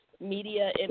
media